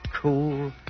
cool